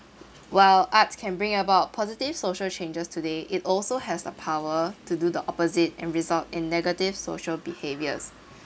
well arts can bring about positive social changes today it also has a power to do the opposite and result in negative social behaviour